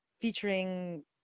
featuring